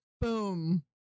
boom